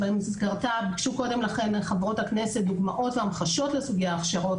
ביקשו חברות הכנסת דוגמאות והמחשות לסוגי ההכשרות